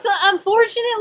unfortunately